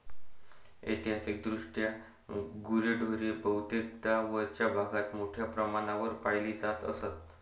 ऐतिहासिकदृष्ट्या गुरेढोरे बहुतेकदा वरच्या भागात मोठ्या प्रमाणावर पाळली जात असत